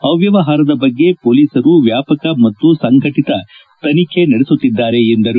ಅವ್ವವಹಾರದ ಬಗ್ಗೆ ಪೊಲೀಸರು ವ್ಯಾಪಕ ಮತ್ತು ಸಂಘಟಿತ ತನಿಖೆ ನಡೆಸುತ್ತಿದ್ದಾರೆ ಎಂದರು